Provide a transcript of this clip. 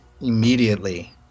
Immediately